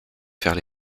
faire